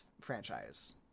franchise